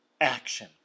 action